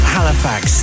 Halifax